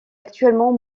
actuellement